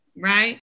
Right